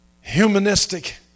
Humanistic